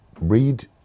read